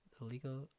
Illegal